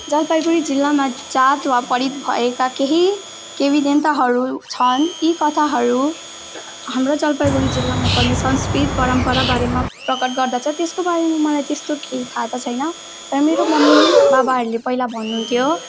जलपाइगुडी जिल्लामा जात वा बढी भएका केही किम्वदन्तीहरू छन् यी कथाहरू हाम्रो जलपाइगुडी जिल्लामा पर्ने संस्कृत परम्पराबारेमा प्रकट गर्दछ त्यसको बारेमा मलाई त्यस्तो केही थाहा त छैन तर मेरो मम्मी बाबाहरूले पहिला भन्नुहुन्थ्यो